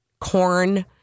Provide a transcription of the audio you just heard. Corn